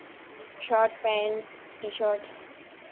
shirt pant T shirt